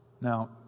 Now